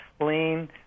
Lean